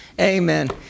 Amen